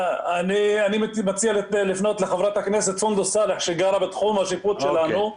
אני הייתי מציע לפנות לחברת הכנסת סונדוס סלאח שגרה בתחום השיפוט שלנו.